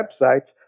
websites